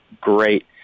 great